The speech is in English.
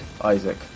Isaac